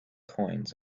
coins